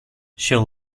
she